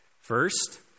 First